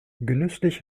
genüsslich